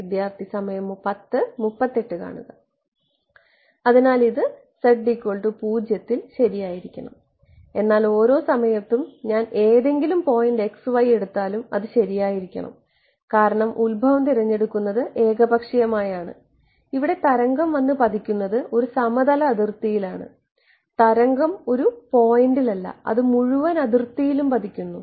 അതിനാൽ ഇത് z 0 ൽ ശരിയായിരിക്കണം എന്നാൽ ഓരോ സമയത്തും ഞാൻ ഏതെങ്കിലും പോയിന്റ് x y എടുത്താലും അത് ശരിയായിരിക്കണം കാരണം ഉത്ഭവം തിരഞ്ഞെടുക്കുന്നത് ഏകപക്ഷീയമാണ് ഇവിടെ തരംഗം വന്നു പതിക്കുന്നത് ഒരു സമതല അതിർത്തിയിലാണ് തരംഗം ഒരു പോയിൻ്റിലല്ല അത് മുഴുവൻ അതിർത്തിയിലും പതിക്കുന്നു